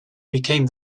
became